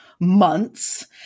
months